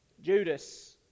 Judas